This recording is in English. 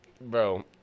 Bro